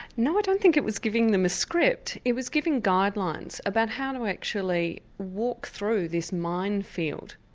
no, i don't think it was giving them a script, it was giving guidelines about how to actually walk through this minefield.